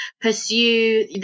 pursue